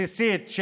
בסיסית,